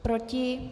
Proti?